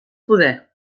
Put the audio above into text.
poder